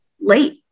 late